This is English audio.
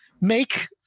Make